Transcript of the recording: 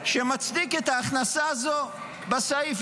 שמצדיק את ההכנסה הזאת בסעיף,